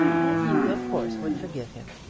and you of course would forgive him.